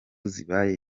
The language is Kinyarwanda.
zibaye